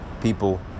people